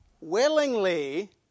willingly